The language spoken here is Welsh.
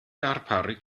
darparu